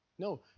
No